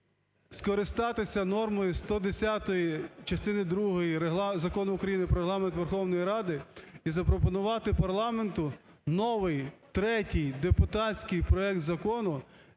скористатися нормою 110, частини другої Закону України "Про Регламент Верховної Ради" і запропонувати парламенту новий, третій, депутатський проект закону,